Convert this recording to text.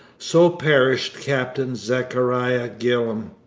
so perished captain zachariah gillam,